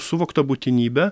suvokta būtinybe